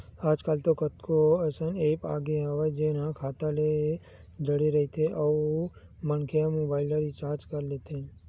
आजकल तो कतको अइसन ऐप आगे हवय जेन ह खाता ले जड़े रहिथे अउ मनखे ह मोबाईल ल रिचार्ज कर लेथे